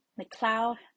McLeod